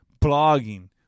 blogging